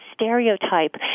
stereotype